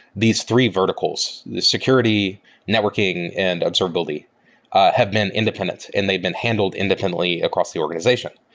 these three verticals, the security, networking and observability have been independent and they've been handled independently across the organization,